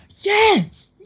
yes